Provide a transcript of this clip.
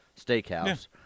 steakhouse